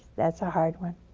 that's a hard one.